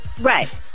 Right